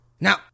Now